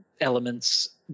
elements